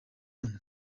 moon